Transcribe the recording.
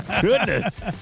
Goodness